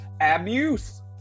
Abuse